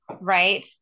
right